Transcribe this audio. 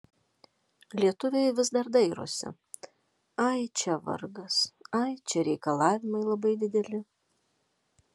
lietuviai vis dar dairosi ai čia vargas ai čia reikalavimai labai dideli